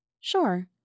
Sure